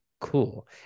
cool